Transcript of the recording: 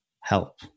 help